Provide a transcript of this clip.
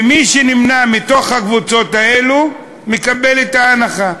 ומי שנמנה עם הקבוצות האלה מקבל את ההנחה.